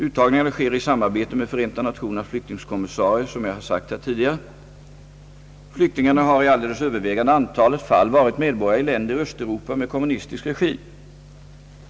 Uttagningarna sker i samarbete med Förenta Nationernas flyktingkommissariat. Flyktingarna har i alldeles övervägande antalet fall varit medborgare i länder i Östeuropa med kommunistisk regim.